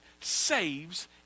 saves